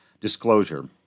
Disclosure